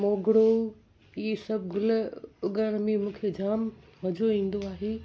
मोगरो इहे सभु गुल उगण बि मूंखे जाम मज़ो ईंदो आहे